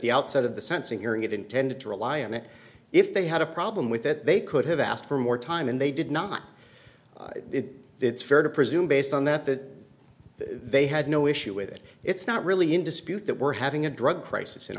the outset of the sensing hearing it intended to rely on it if they had a problem with it they could have asked for more time and they did not it's fair to presume based on that that they had no issue with it it's not really in dispute that we're having a drug crisis in